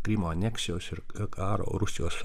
krymo aneksijos ir karo rusijos